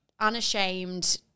unashamed